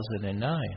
2009